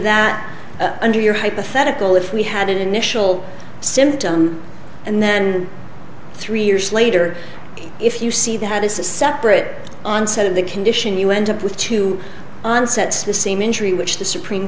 that under your hypothetical if we had an initial symptom and then three years later if you see that is a separate onset of the condition you end up with to onset the same injury which the supreme